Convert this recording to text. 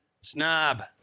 Snob